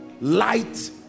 light